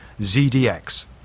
ZDX